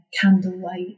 candlelight